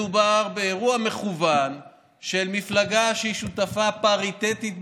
מדובר באירוע מכֻוון של מפלגה שהיא שותפה פריטטית בממשלה,